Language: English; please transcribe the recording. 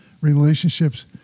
relationships